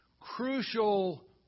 Crucial